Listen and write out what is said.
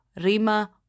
rima